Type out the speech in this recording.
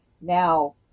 now